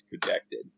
projected